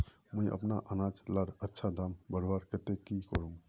मुई अपना अनाज लार अच्छा दाम बढ़वार केते की करूम?